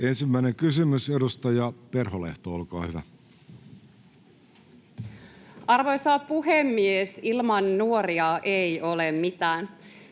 Ensimmäinen kysymys. — Edustaja Perholehto, olkaa hyvä. Arvoisa puhemies! Ilman nuoria ei ole mitään.